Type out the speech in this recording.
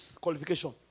qualification